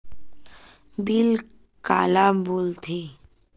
Bill काला बोल थे?